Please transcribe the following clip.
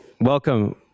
Welcome